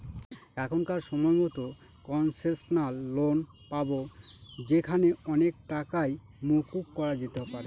এখনকার সময়তো concessional loan পাবো যেখানে অনেক টাকাই মকুব করা যেতে পারে